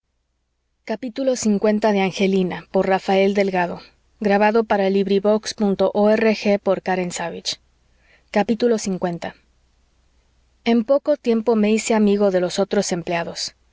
en poco tiempo me hice amigo de los otros empleados